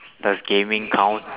does gaming count